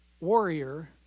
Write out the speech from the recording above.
Warrior